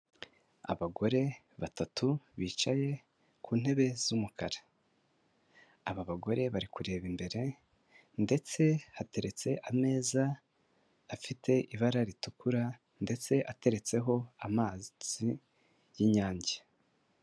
Abagore batatu bicaye ku ntebe z'umukara, aba bagore bari kureba imbere ndetse hateretse ameza afite ibara ritukura ndetse ateretseho amazi y'Inyange.